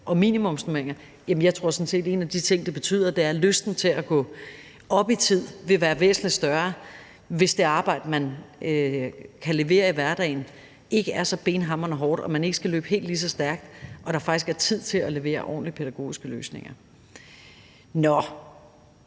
om minimumsnormeringer – at en af de ting, det betyder, er, at lysten til at gå op i tid vil være væsentlig større, hvis det arbejde, man kan levere i hverdagen, i hvert fald ikke er så benhamrende hårdt, altså at man ikke skal løbe helt lige så stærkt, og at der faktisk er tid til at levere ordentlige pædagogiske løsninger. Et